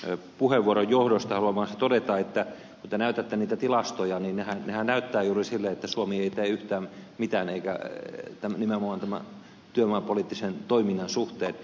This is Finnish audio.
gustafssonin puheenvuoron johdosta haluan vaan todeta että kun te näytätte niitä tilastoja niin nehän näyttävät juuri siltä että suomi ei tee yhtään mitään eikä nimenomaan tämän työvoimapoliittisen toiminnan suhteen